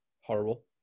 Horrible